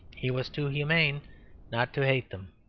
he was too humane not to hate them.